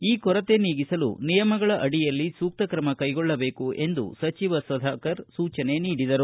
ಈ ಕೊರತೆ ನೀಗಿಸಲು ನಿಯಮಗಳ ಅಡಿಯಲ್ಲಿ ಸೂಕ್ತ ಕ್ರಮ ಕೈಗೊಳ್ಳಬೇಕು ಎಂದು ಸಚಿವ ಸುಧಾಕರ್ ಸೂಚನೆ ನೀಡಿದರು